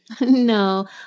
No